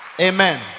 Amen